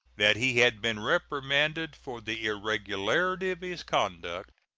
that he had been reprimanded for the irregularity of his conduct,